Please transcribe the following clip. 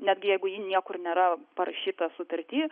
net jeigu ji niekur nėra parašyta sutarty